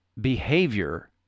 behavior